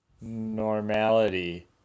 normality